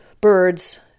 birds